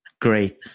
great